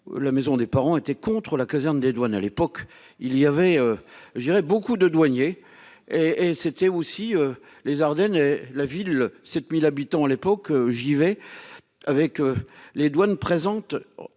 La maison des parents étaient contre la caserne des douanes à l'époque il y avait je dirais beaucoup de douaniers et et c'était aussi les Ardennes la ville, 7000 habitants à l'époque j'y vais avec les douanes présente